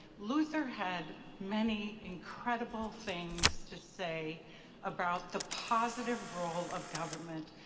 luther had many incredible things to say about the positive role of government,